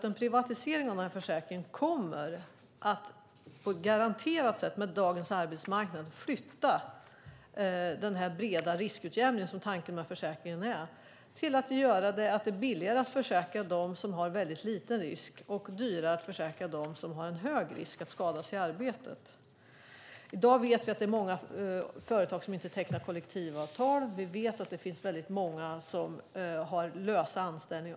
En privatisering av försäkringen kommer garanterat att med dagens arbetsmarknad innebära att den breda riskutjämningen, som tanken med försäkringen är, gör det billigare att försäkra den som har låg risk och dyrare att försäkra den som har hög risk att skadas i arbetet. Vi vet att många företag i dag inte tecknar kollektivavtal. Vi vet att många har lösa anställningar.